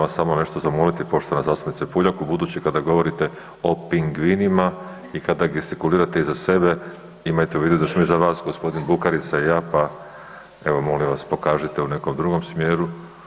Moram vas samo nešto zamoliti poštovana zastupnice Puljak u buduće kada govorite o pingvinima i kada gestikulirate iza sebe imajte u vidu da smo iza vas gospodin Bukarica i ja pa evo molim vas pokažite u nekom drugom smjeru.